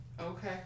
okay